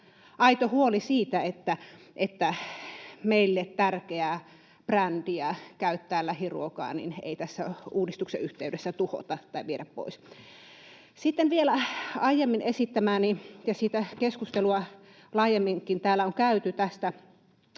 aito huoli siitä, että meille tärkeää brändiä käyttää lähiruokaa ei tässä uudistuksen yhteydessä tuhota tai viedä pois. Sitten vielä liittyen aiemmin esittämääni — ja sitä keskustelua täällä on laajemminkin